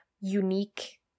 unique